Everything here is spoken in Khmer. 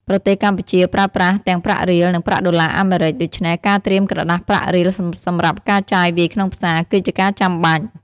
ប្រទេសកម្ពុជាប្រើប្រាស់ទាំងប្រាក់រៀល និងប្រាក់ដុល្លារអាមេរិក ដូច្នេះការត្រៀមក្រដាសប្រាក់រៀលសម្រាប់ការចាយវាយក្នុងផ្សារ គឺជាការចាំបាច់។